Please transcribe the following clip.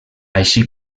així